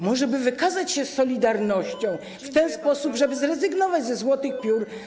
Może by wykazać się solidarnością w ten sposób, żeby zrezygnować ze złotych piór.